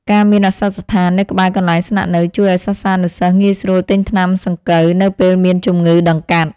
ការមានឱសថស្ថាននៅក្បែរកន្លែងស្នាក់នៅជួយឱ្យសិស្សានុសិស្សងាយស្រួលទិញថ្នាំសង្កូវនៅពេលមានជំងឺដង្កាត់។